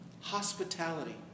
hospitality